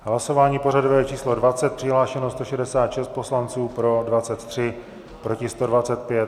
Hlasování pořadové číslo 20, přihlášeno 166 poslanců, pro 23, proti 125.